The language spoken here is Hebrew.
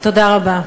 תודה רבה.